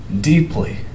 deeply